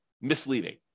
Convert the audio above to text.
misleading